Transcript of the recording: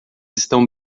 estão